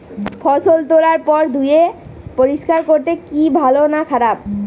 ফসল তোলার পর ধুয়ে পরিষ্কার করলে কি ভালো না খারাপ?